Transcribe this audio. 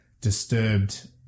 disturbed